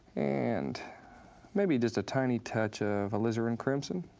and maybe just a tiny touch of alizarin crimson.